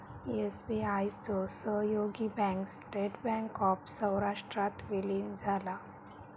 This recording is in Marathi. एस.बी.आय चो सहयोगी बँक स्टेट बँक ऑफ सौराष्ट्रात विलीन झाला